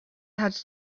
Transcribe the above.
had